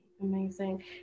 Amazing